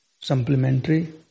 supplementary